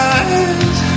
eyes